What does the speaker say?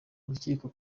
urukiko